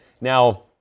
Now